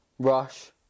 Rush